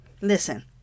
Listen